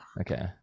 Okay